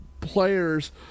players